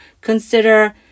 consider